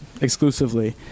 exclusively